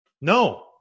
No